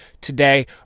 today